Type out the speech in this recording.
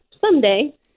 someday